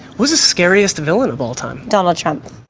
who's the scariest villain of all time? donald trump.